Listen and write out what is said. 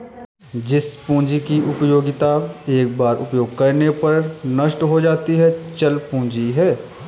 जिस पूंजी की उपयोगिता एक बार उपयोग करने पर नष्ट हो जाती है चल पूंजी है